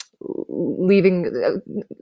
leaving